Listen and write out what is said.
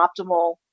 optimal